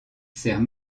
sert